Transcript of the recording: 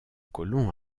colons